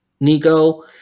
Nico